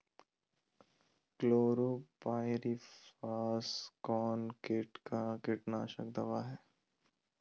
Chlorpyrifos कौन किट का कीटनाशक दवा है?